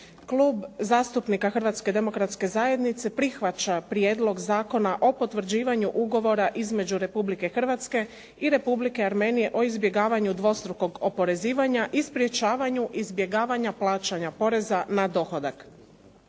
Klub zastupnika Hrvatske demokratske zajednice prihvaća Prijedlog Zakona o potvrđivanju Ugovora između Republike Hrvatske i Republike Armenije o izbjegavanju dvostrukog oporezivanja i sprječavanju izbjegavanja plaćanja poreza na dohodak.